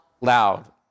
Loud